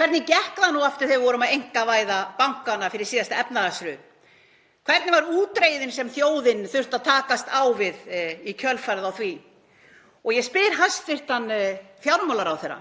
Hvernig gekk það nú aftur þegar við vorum að einkavæða bankana fyrir síðasta efnahagshrun? Hvernig var útreiðin sem þjóðin þurfti að takast á við í kjölfarið á því? Ég spyr hæstv. fjármálaráðherra: